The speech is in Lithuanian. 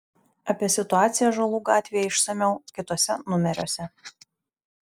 apie situaciją ąžuolų gatvėje išsamiau kituose numeriuose